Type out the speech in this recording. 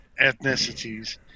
ethnicities